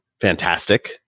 fantastic